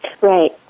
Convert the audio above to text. Right